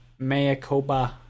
Mayakoba